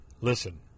Listen